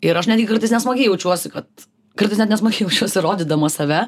ir aš netgi kartais nesmagiai jaučiuosi kad kartais net nesmagiai jausčiausi rodydama save